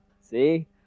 See